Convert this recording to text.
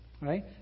right